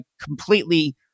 completely